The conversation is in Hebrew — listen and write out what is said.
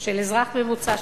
של אזרח ממוצע,